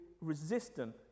resistant